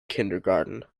kindergarten